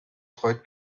freut